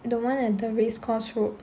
the [one] at the race course road